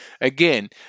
Again